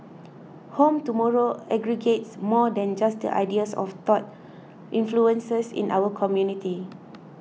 Home Tomorrow aggregates more than just the ideas of thought influences in our community